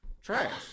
trash